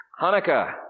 Hanukkah